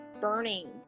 burning